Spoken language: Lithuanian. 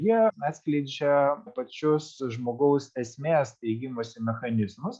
jie atskleidžia pačius žmogaus esmės steigimosi mechanizmus